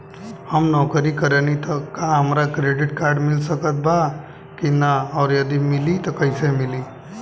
हम नौकरी करेनी त का हमरा क्रेडिट कार्ड मिल सकत बा की न और यदि मिली त कैसे मिली?